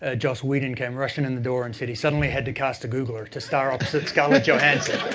ah joss whedon came rushing in the door and said he suddenly had to cast a googler to star opposite scarlett johansson.